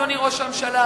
אדוני ראש הממשלה,